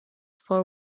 for